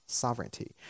sovereignty